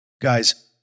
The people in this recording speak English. Guys